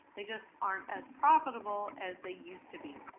they just aren't as profitable as they used to be.